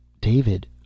David